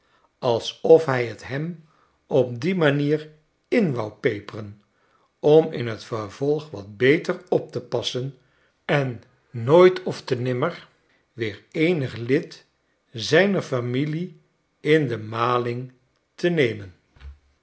alsof hij t hem op die manier in wou peperen om in t vervolg wat beter op te passen en nooit ofte nimmer weer eenig lid zijner familie in de maling te nemen